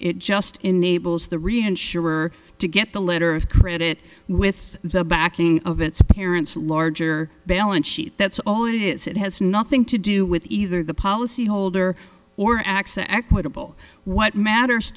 it just enables the reinsurer to get the letter of credit with the backing of its appearance larger balance sheet that's all it is it has nothing to do with either the policyholder or x an equitable what matters